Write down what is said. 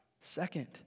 Second